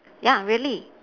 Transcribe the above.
ya really